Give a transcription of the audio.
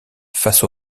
face